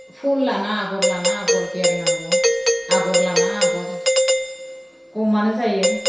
फुल लाना आगर लाना आगर एरनांगौ आगर लाना आगर खमआनो जायो